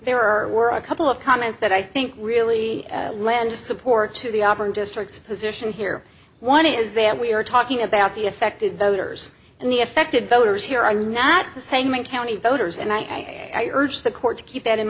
are were a couple of comments that i think really lend support to the auburn districts position here one is that we are talking about the affected voters and the affected voters here are not the same a county voters and i urge the court to keep that in